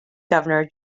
governor